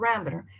parameter